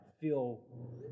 feel